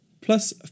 plus